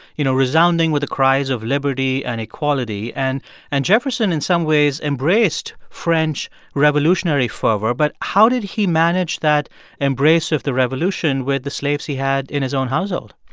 you know, resounding with the cries of liberty and equality. and and jefferson, in some ways, embraced french revolutionary fervor. but how did he manage that embrace of the revolution with the slaves he had in his own household?